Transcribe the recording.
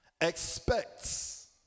expects